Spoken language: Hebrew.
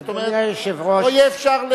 זאת אומרת, לא יהיה אפשר,